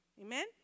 Amen